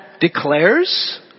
declares